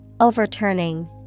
Overturning